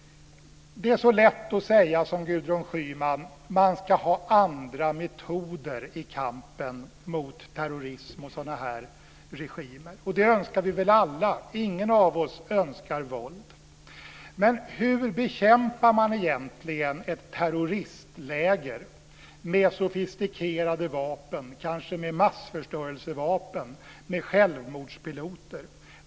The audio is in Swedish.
Det är så lätt att säga som Gudrun Schyman: Man ska ha andra metoder i kampen mot terrorism och sådana här regimer. Det önskar vi väl alla. Ingen av oss önskar våld. Men hur bekämpar man egentligen ett terroristläger med sofistikerade vapen, kanske massförstörelsevapen och självmordspiloter.